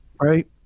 Right